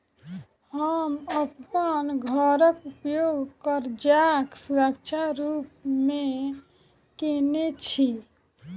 हम अप्पन घरक उपयोग करजाक सुरक्षा रूप मेँ केने छी